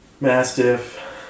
Mastiff